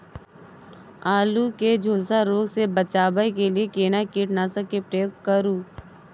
आलू के झुलसा रोग से बचाबै के लिए केना कीटनासक के प्रयोग करू